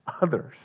others